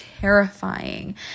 terrifying